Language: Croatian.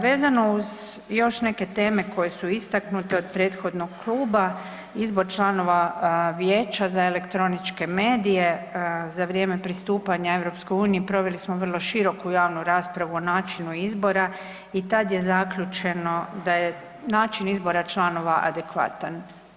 Vezano uz još neke teme koje su istaknute od prethodnog kluba, izbor članova Vijeća za elektroničke medije, za vrijeme pristupanja EU-u, proveli smo vrlo široku javnu raspravu o načinu izbora i tad je zaključeno da je način izbora članova adekvatan.